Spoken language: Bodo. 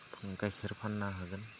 गाइखेर फाननो हागोन